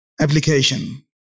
Application